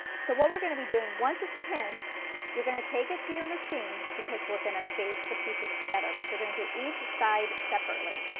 so what we are going to be doing once it's pinned you're going to take it to your machine because we are going to baste the pieces together, but you're going to do each side separately.